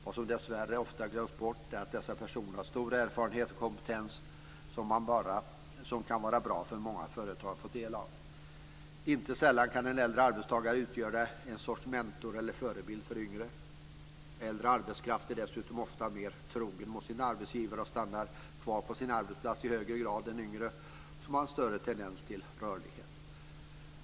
Vad som dessvärre ofta glöms bort är att dessa personer har stor erfarenhet och kompetens som kan vara bra för många företag att få del av. Inte sällan kan en äldre arbetstagare utgöra en sorts mentor eller förebild för de yngre. Äldre arbetskraft är dessutom ofta mer trogen mot sin arbetsgivare och stannar kvar på sin arbetsplats i högre grad än yngre, som har en större tendens till rörlighet.